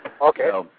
Okay